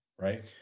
Right